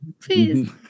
please